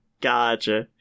gotcha